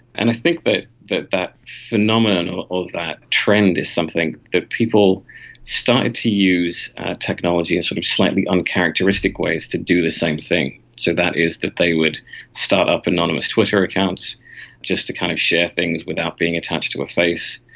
and i think but that that phenomenon of that trend is something that people started to use technology in and sort of slightly uncharacteristic ways to do the same thing, so that is that they would start up anonymous twitter accounts just to kind of share things without being attached to a face,